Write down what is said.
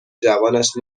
جوانش